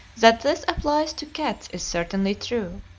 that this applies to cats is certainly true.